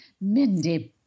Mindy